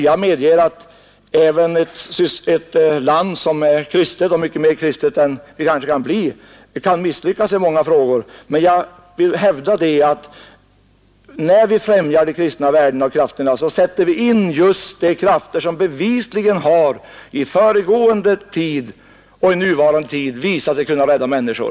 Jag medger att även ett land som är kristet, och mycket mera kristet än vad vi kanske kan bli, misslyckas i många frågor. Men jag vill hävda att när vi främjar de kristna värdena sätter vi in de krafter som bevisligen har i föregående tid och i nuvarande tid visat sig kunna rädda människor.